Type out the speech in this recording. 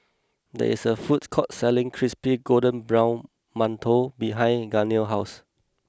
there is a food court selling Crispy Golden Brown Mantou behind Gaynell's house